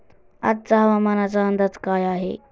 आजचा हवामानाचा अंदाज काय आहे?